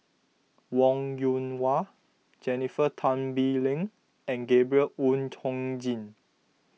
Wong Yoon Wah Jennifer Tan Bee Leng and Gabriel Oon Chong Jin